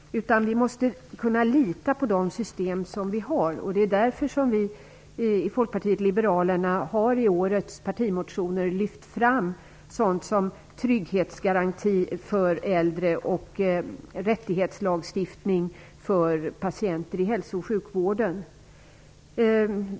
Vi måste också kunna lita på de system som vi har, och det är därför som vi i Folkpartiet liberalerna i årets partimotioner har lyft fram sådant som trygghetsgaranti för äldre och rättighetslagstiftning för patienter i hälso och sjukvården.